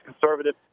conservative